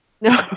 No